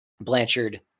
Blanchard